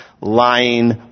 lying